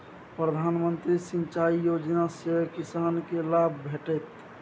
प्रधानमंत्री सिंचाई योजना सँ किसानकेँ लाभ भेटत